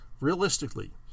Realistically